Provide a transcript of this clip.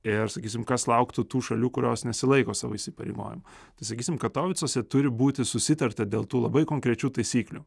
ir sakysim kas lauktų tų šalių kurios nesilaiko savo įsipareigojimų tai sakysim katovicuose turi būti susitarta dėl tų labai konkrečių taisyklių